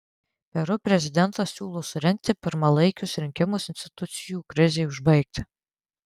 peru prezidentas siūlo surengti pirmalaikius rinkimus institucijų krizei užbaigti